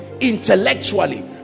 intellectually